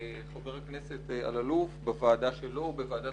חבר הכנסת אלאלוף בוועדה שלו ובוועדת